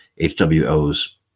HWO's